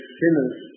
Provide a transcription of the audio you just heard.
sinners